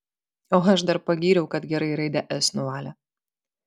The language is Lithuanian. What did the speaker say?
o aš dar pagyriau kad gerai raidę s nuvalė